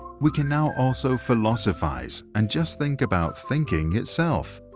we can now also philosophize and just think about thinking itself.